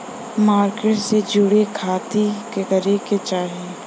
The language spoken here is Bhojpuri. मार्केट से जुड़े खाती का करे के चाही?